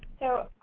so